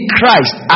Christ